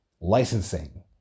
Licensing